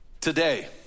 today